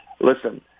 listen